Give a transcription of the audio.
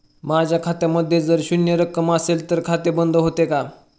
माझ्या खात्यामध्ये जर शून्य रक्कम असेल तर खाते बंद होते का?